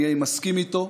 אני מסכים איתו.